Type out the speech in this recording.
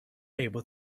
able